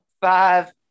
five